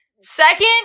Second